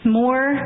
more